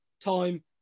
time